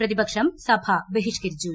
പ്രതിപക്ഷം സഭ ബഹിഷ്കരിച്ചു